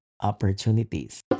opportunities